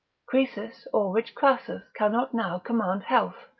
croesus or rich crassus cannot now command health,